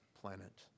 planet